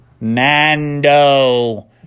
Mando